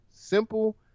simple